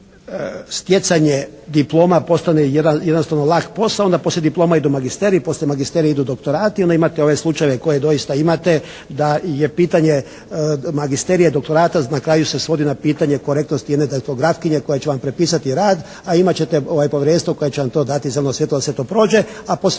stjecanje diploma postane jednostavno lak posao onda poslije diploma idu magisteriji, poslije magisterija idu doktorati, onda imate ove slučajeve koje doista imate da je pitanje magisterija i doktorata na kraju se svodi na pitanje korektnosti jedne daktilografkinje koja će vam prepisati rad, a imat ćete povjerenstvo koje će vam to dati zeleno svijetlo da se to prođe, a poslije